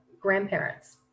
grandparents